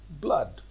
blood